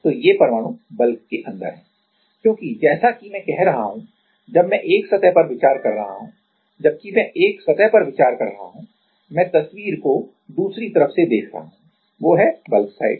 तो ये परमाणु बल्क के अंदर हैं क्योंकि जैसा कि मैं कह रहा हूं जब मैं एक सतह पर विचार कर रहा हूं जबकि मैं एक सतह पर विचार कर रहा हूं मैं तस्वीर को दूसरी तरफ से देख रहा हूं वो है बल्क साइड